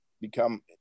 become